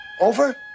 over